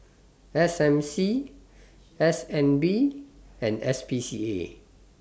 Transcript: S M C S N B and S P C A